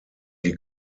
die